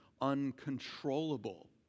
uncontrollable